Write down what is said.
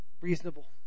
reasonable